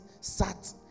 SAT